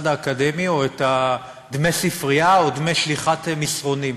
האקדמי או את דמי הספרייה או דמי שליחת מסרונים.